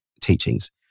teachings